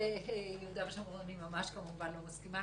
בנושא יהודה ושומרון אני ממש כמובן לא מסכימה.